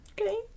Okay